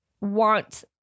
want